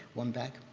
one back.